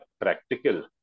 practical